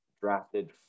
drafted